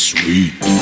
Sweet